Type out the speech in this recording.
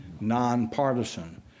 nonpartisan